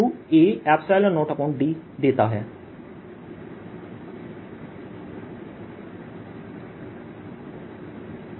total energy C dV12CV02 energy density